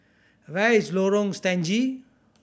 where is Lorong Stangee